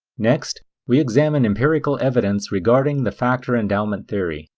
next we examine empirical evidence regarding the factor endowment theory.